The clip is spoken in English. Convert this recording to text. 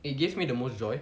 it gives me the most joy